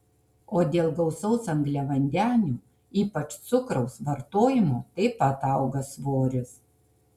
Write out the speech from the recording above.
o dėl gausaus angliavandenių ypač cukraus vartojimo taip pat auga svoris